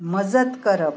मजत करप